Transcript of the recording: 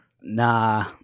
Nah